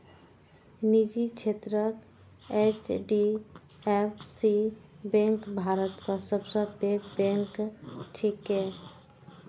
निजी क्षेत्रक HDFC bank भारतक सबसं पैघ बैंक छियै